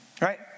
Right